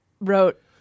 wrote